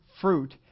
fruit